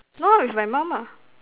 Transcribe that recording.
no lah with my mom lah